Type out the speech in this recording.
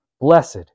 Blessed